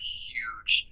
huge